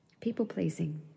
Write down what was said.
People-pleasing